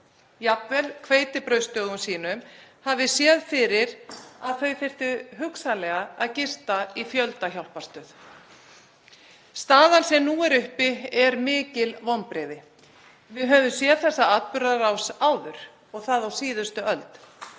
jafnvel hveitibrauðsdögum sínum hafi séð fyrir að það þyrfti hugsanlega að gista í fjöldahjálparstöð. Staðan sem nú er uppi er mikil vonbrigði. Við höfum séð þessa atburðarás áður og það á síðustu öld,